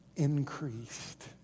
increased